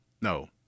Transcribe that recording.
No